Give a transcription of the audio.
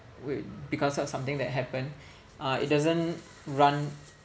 wait because of something that happened uh it doesn't run